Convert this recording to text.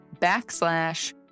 backslash